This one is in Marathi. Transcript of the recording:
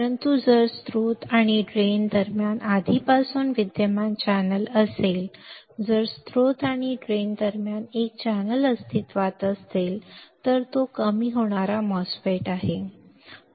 परंतु जर स्त्रोत आणि ड्रेन दरम्यान आधीपासूनच विद्यमान चॅनेल असेल जर स्त्रोत आणि ड्रेन दरम्यान एक चॅनेल अस्तित्वात असेल तर तो एक कमी होणारा प्रकार MOSFET आहे